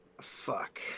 Fuck